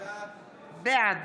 בעד